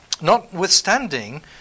Notwithstanding